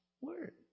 word